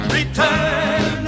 Return